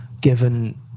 given